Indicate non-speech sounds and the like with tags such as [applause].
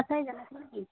[unintelligible]